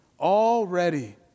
Already